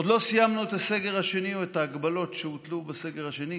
עוד לא סיימנו את הסגר השני או את ההגבלות שהוטלו בסגר השני,